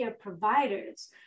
providers